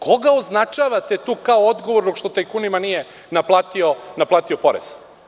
Koga označavate tu kao odgovornog što tajkunima nije naplatio porez?